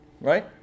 right